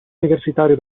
universitario